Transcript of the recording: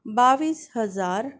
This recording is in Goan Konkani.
बावीस हजार